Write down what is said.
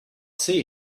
see